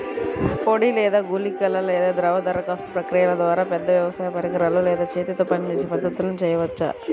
పొడి లేదా గుళికల లేదా ద్రవ దరఖాస్తు ప్రక్రియల ద్వారా, పెద్ద వ్యవసాయ పరికరాలు లేదా చేతితో పనిచేసే పద్ధతులను చేయవచ్చా?